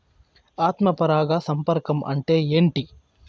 ఆత్మ పరాగ సంపర్కం అంటే ఏంటి?